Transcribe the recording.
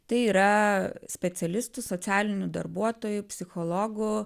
tai yra specialistų socialinių darbuotojų psichologų